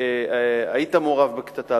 היית מעורב בקטטה?